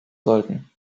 sollten